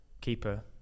keeper